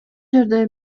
жерде